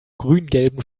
grüngelben